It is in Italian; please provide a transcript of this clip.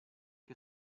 che